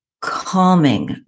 calming